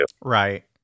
Right